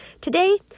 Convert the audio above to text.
Today